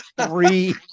three